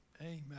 Amen